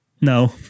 No